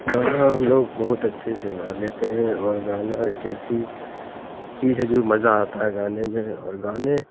گانا ہم لوگ بہت اچھے سے گا لیتے ہیں اور گانا ایک ایسی چیز ہے جو مزہ آتا ہے گانے میں اور گانے